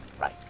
right